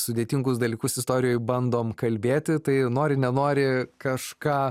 sudėtingus dalykus istorijoj bandom kalbėti tai nori nenori kažką